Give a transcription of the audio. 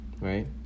right